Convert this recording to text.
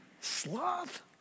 Sloth